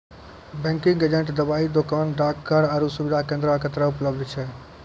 banking agent दबाइ दोकान, डाकघर आरु सुविधा केन्द्रो के तरह उपलब्ध छै